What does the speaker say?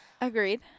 Agreed